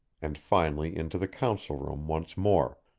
and finally into the council room once more,